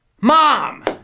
Mom